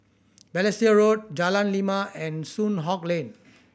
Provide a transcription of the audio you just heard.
Balestier Road Jalan Lima and Soon Hock Lane